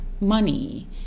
money